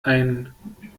ein